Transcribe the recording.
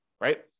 right